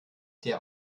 der